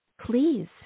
please